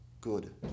good